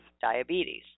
diabetes